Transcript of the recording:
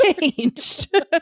changed